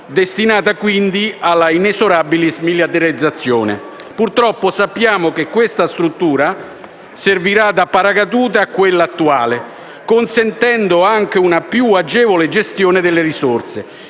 destinata quindi all'inesorabile smilitarizzazione. Purtroppo, sappiamo che questa struttura servirà da paracadute a quella attuale, consentendo anche una più agevole gestione delle risorse.